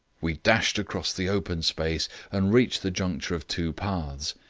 we dashed across the open space and reached the juncture of two paths.